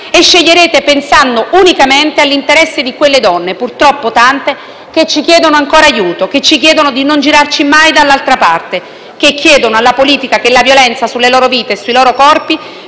e sceglierete pensando unicamente all'interesse di quelle donne - purtroppo tante - che ci chiedono ancora aiuto, che ci chiedono di non girarci mai dall'altra parte; che chiedono alla politica che la violenza sulle loro vite, sui loro corpi,